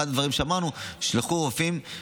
אחד הדברים שאמרנו: תשלחו רופאים-משפטנים,